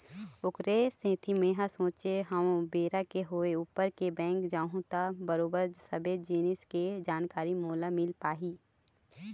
ओखरे सेती मेंहा सोचे हव बेरा के होय ऊपर ले बेंक जाहूँ त बरोबर सबे जिनिस के जानकारी मोला मिल पाही